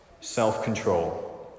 self-control